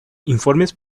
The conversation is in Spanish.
informes